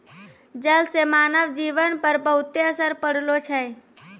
जल से मानव जीवन पर बहुते असर पड़लो छै